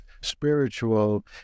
spiritual